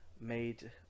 made